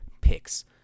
picks